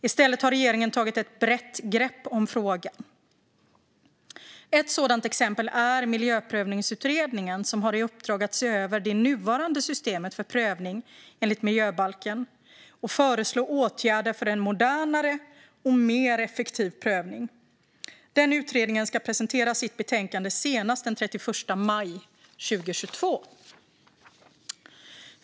I stället har regeringen tagit ett brett grepp om frågan. Ett sådant exempel är Miljöprövningsutredningen, som har i uppdrag att se över det nuvarande systemet för prövning enligt miljöbalken och föreslå åtgärder för en modernare och mer effektiv prövning. Utredningen ska presentera sitt betänkande senast den 31 maj 2022.